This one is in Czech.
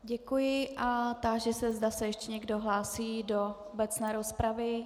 Děkuji a táži se, zda se ještě někdo hlásí do obecné rozpravy.